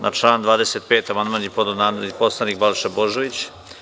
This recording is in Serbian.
Na član 25. amandman je podneo narodni poslanik Balša Božović.